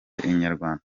inyarwanda